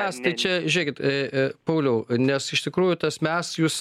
mes tai čia žiūrėkit pauliau nes iš tikrųjų tas mes jūs